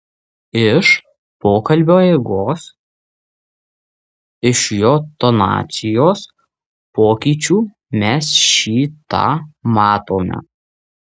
iš pokalbio eigos iš jo tonacijos pokyčių mes šį tą matome